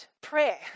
prayer